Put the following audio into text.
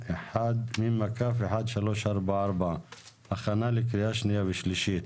התש"ף-2020, מ/1344, הכנה לקריאה שנייה ושלישית.